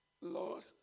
Lord